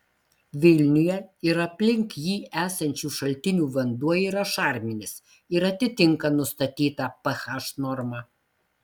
vilniuje ir aplink jį esančių šaltinių vanduo yra šarminis ir atitinka nustatytą ph normą